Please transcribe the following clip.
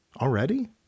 already